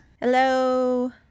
Hello